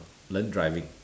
learn driving